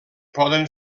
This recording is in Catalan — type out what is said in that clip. poden